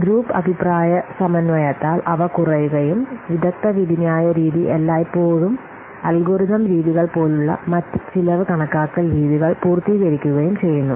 group അഭിപ്രായ സമന്വയത്താൽ അവ കുറയുകയും വിദഗ്ദ്ധ വിധിന്യായ രീതി എല്ലായ്പ്പോഴും അൽഗോരിതം രീതികൾ പോലുള്ള മറ്റ് ചെലവ് കണക്കാക്കൽ രീതികൾ പൂർത്തീകരിക്കുകയും ചെയ്യുന്നു